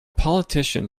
politician